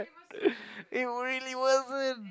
it really wasn't